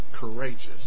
courageous